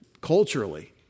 culturally